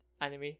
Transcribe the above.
anime